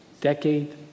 decade